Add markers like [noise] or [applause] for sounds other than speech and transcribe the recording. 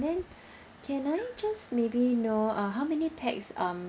then [breath] can I just maybe know uh how many pax um